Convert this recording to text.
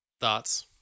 Thoughts